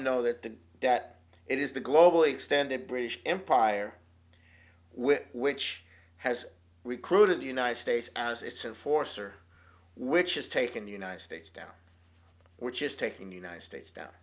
know that the that it is the global extended british empire with which has recruited the united states as it's a force or which has taken the united states down which is taking the united states down